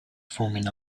forming